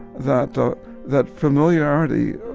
that that familiarity